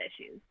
issues